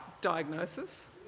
diagnosis